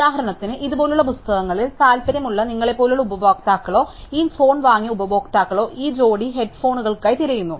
ഉദാഹരണത്തിന് ഇതുപോലുള്ള പുസ്തകങ്ങളിൽ താൽപ്പര്യമുള്ള നിങ്ങളെപ്പോലുള്ള ഉപഭോക്താക്കളോ ഈ ഫോൺ വാങ്ങിയ ഉപഭോക്താക്കളോ ഈ ജോഡി ഹെഡ് ഫോണുകൾക്കായി തിരയുന്നു